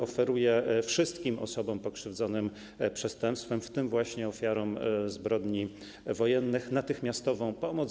Oferuje wszystkim osobom pokrzywdzonym przestępstwem, w tym ofiarom zbrodni wojennych, natychmiastową pomoc.